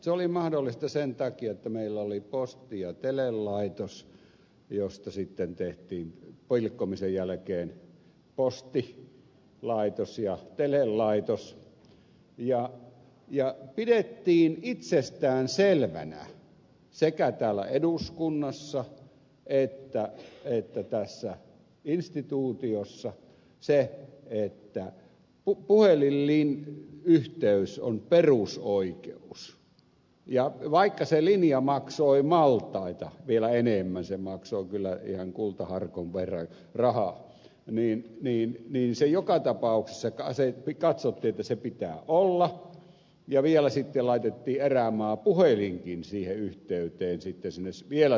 se oli mahdollista sen takia että meillä oli posti ja telelaitos josta sitten tehtiin pilkkomisen jälkeen postilaitos ja telelaitos ja pidettiin itsestäänselvänä sekä täällä eduskunnassa että tässä instituutiossa sitä että puhelinyhteys on perusoikeus ja vaikka se linja maksoi maltaita vielä enemmän se maksoi kyllä ihan kultaharkon verran rahaa niin joka tapauksessa katsottiin että se pitää olla ja vielä sitten laitettiin erämaapuhelinkin siihen yhteyteen sinne vielä syrjäisempään pisteeseen